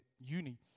uni